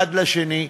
מאחד לשני,